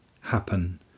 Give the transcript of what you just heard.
happen